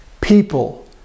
people